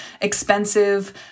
expensive